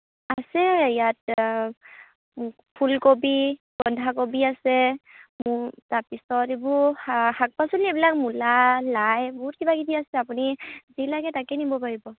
আছে ইয়াত ফুল কবি বন্ধা কবি আছে তাৰপিছত এইবোৰ শা শাক পাচলি এইবিলাক মূলা লাই বহুত কিবা কিবি আছে আপুনি যি লাগে তাকে নিব পাৰিব